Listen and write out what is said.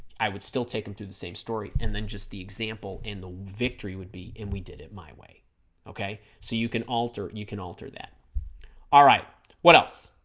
i would still take him through the same story and then just the example and the victory would be and we did it my way okay so you can alter you can alter that alright what else